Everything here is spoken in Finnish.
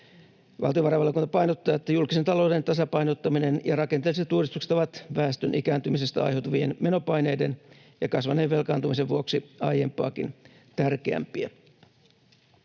Valtiovarainvaliokunta painottaa, että julkisen talouden tasapainottaminen ja rakenteelliset uudistukset ovat väestön ikääntymisestä aiheutu-vien menopaineiden ja kasvaneen velkaantumisen vuoksi aiempaakin tärkeämpiä.